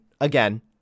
again